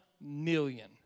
million